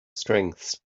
strengths